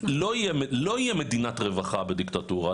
לא יהיה מדינת רווחה בדיקטטורה,